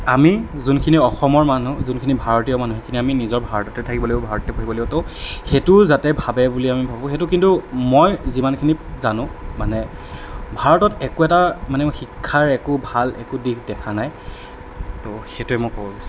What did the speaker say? আমি যোনখিনি অসমৰ মানুহ যিখিনি ভাৰতীয় মানুহ সেইখিনি আমি নিজৰ ভাৰততে থাকিব লাগিব ভাৰততে পঢ়িব লাগিব তো সেইটো যাতে ভাবে বুলি আমি ভাবোঁ সেইটো কিন্তু মই যিমানখিনি জানোঁ মানে ভাৰতত একো এটা মানে শিক্ষাৰ একো ভাল একো দিশ দেখা নাই তো সেইটোৱে মই ক'ব বিচাৰোঁ